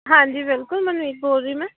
ਹਾਂਜੀ ਬਿਲਕੁਲ ਮਨਵੀਰ ਬੋਲ ਰਹੀ ਮੈਂ